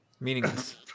Meaningless